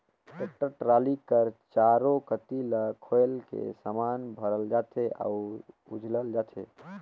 tractor trolley कर चाएरो कती ल खोएल के समान भरल जाथे अउ उझलल जाथे